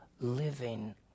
living